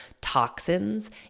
toxins